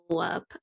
up